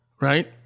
right